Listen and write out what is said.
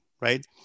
right